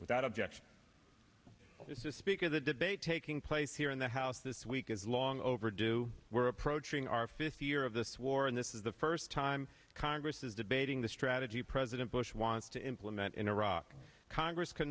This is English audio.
without objection is to speak of the debate taking place here in the house this week is long overdue we're approaching our fifth year of this war and this is the first time congress is debating the strategy president bush wants to implement in iraq congress c